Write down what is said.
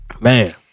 man